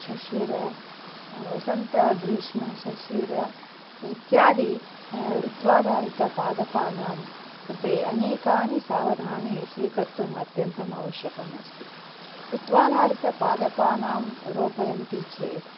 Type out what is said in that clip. शशिर वसन्तग्रीष्मशशिर इत्यादयः ऋत्वाधारितपादपानां कृते अनेकानि सावधानानि स्वीकर्तुम् अत्यन्तम् आवश्यकम् अस्ति ऋत्वाधारितपादपानां रोपयन्ति चेत्